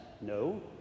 No